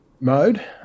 mode